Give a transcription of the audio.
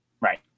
Right